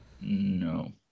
No